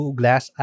glass